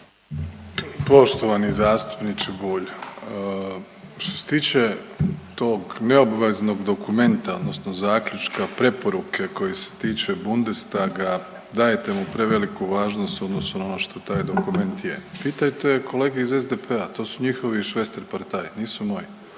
Poštovani zastupniče Bulj. Što se tiče tog neobveznog dokumenta, odnosno zaključka, preporuke koji se tiče Bundestaga, dajete mu preveliku važnost u odnosu na ono što taj dokument je. Pitajte kolege iz SDP-a, to su njihovi schwesterpartei, nisu moji